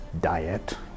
diet